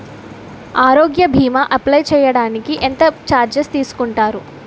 ఆరోగ్య భీమా అప్లయ్ చేసుకోడానికి ఎంత చార్జెస్ తీసుకుంటారు?